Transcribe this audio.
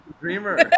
dreamer